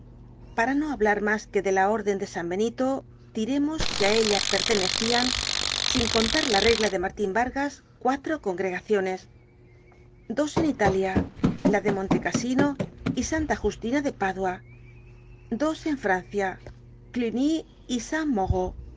para no hablar mas que de la órden de san benito diremos que á ella pertenecian sin contar la regla de martin vargas cuatro congregaciones dos en italia la de monte casino y santa justina de pádua dos en francia gluny y san mauro